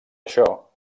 això